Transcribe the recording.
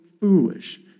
foolish